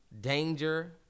danger